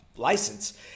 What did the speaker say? license